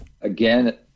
again